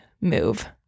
move